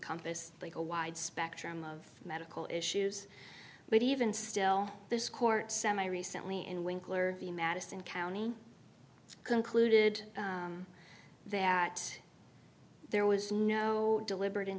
compass a wide spectrum of medical issues but even still this court semi recently in winkler the madison county concluded that there was no deliberat